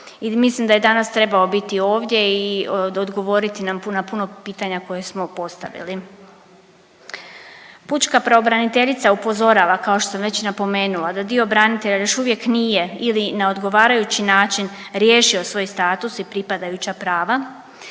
mislim da je danas trebao biti ovdje i odgovoriti na puno, puno pitanja koje smo postavili. Pučka pravobraniteljica upozorava kao što sam već napomenula, da dio branitelja još uvijek nije ili na odgovarajući način riješio svoj status i pripadajuća prava